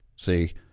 See